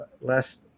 last